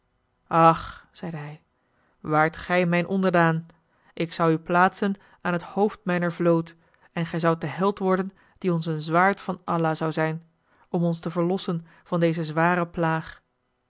ach zeide hij waart gij mijn onderdaan ik zou u plaatsen aan het hoofd mijner vloot en gij zoudt de held worden die ons een zwaard van allah zou zijn om ons te verlossen van deze zware plaag